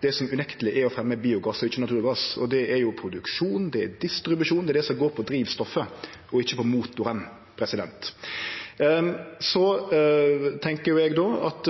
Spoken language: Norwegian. det som unekteleg er å fremje biogass og ikkje naturgass, og det er produksjon, det er distribusjon, det er det som går på drivstoffet, og ikkje på motoren. Så tenkjer eg at